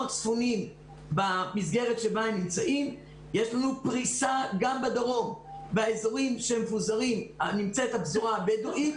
יש לנו פריסה גם בדרום וגם באזורים של הפזורה הבדואית.